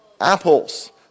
Apples